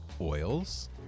oils